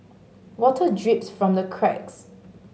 water drips from the cracks